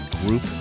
group